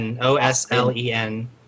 O-S-L-E-N